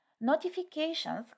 Notifications